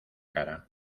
cara